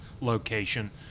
location